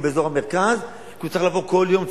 באזור המרכז כי הוא צריך לבוא כל יום.